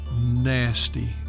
nasty